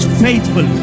faithful